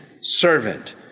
servant